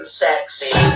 sexy